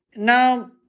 Now